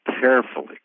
carefully